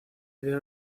idea